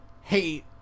hate